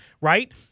right